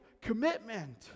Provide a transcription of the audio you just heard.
commitment